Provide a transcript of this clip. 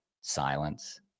silence